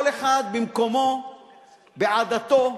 כל אחד במקומו, בעדתו,